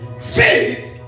Faith